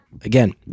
Again